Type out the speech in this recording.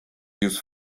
use